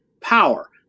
power